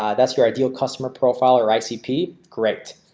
ah that's your ideal customer profile or icp great